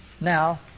Now